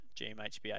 GMHBA